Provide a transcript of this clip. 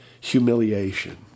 humiliation